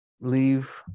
Leave